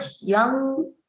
young